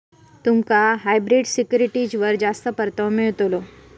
तुमका हायब्रिड सिक्युरिटीजवर जास्त परतावो मिळतलो